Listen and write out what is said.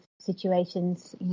situations